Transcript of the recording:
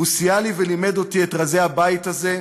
הוא סייע לי ולימד אותי את רזי הבית הזה,